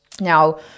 now